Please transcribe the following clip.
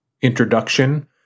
introduction